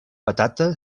patata